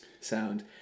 sound